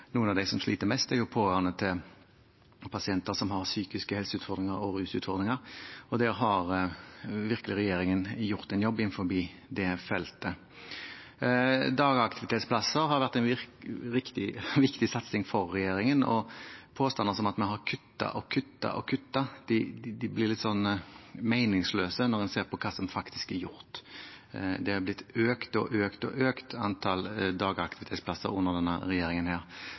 Noen av dem som sliter mest, er pårørende til pasienter som har psykiske helseutfordringer og rusutfordringer, og innenfor det feltet har regjeringen virkelig gjort en jobb. Dagaktivitetsplasser har vært en viktig satsing for regjeringen, og påstander som at vi har kuttet, kuttet og kuttet, blir litt meningsløse når en ser på hva som faktisk er gjort. Antall dagaktivitetsplasser har økt, økt og økt under denne regjeringen. Jeg tror denne